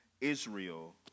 Israel